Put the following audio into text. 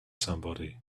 somebody